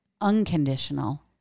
unconditional